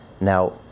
Now